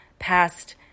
past